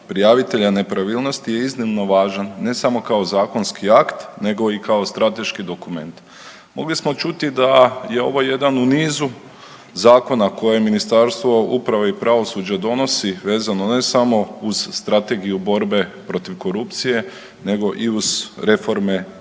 prijavitelja nepravilnost je iznimno važan, ne samo kao zakonski akt nego i kao strateški dokument. Mogli smo čuti da je ovo jedan u nizu zakona koje Ministarstvo uprave i pravosuđa donosi vezano ne samo uz Strategiju borbe protiv korupcije nego i uz reforme